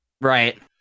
right